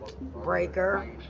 Breaker